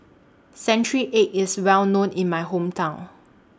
Century Egg IS Well known in My Hometown